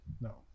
no